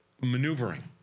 maneuvering